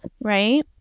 Right